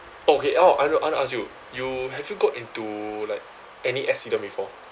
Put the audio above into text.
okay orh I know I wanna ask you you have you got into like any accident before